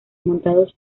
montados